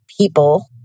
people